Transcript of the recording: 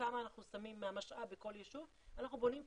וכמה אנחנו שמים מהמשאב בכל יישוב אנחנו בונים קריטריונים.